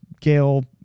Gail